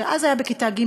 שאז היה בכיתה ג',